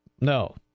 No